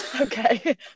Okay